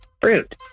Fruit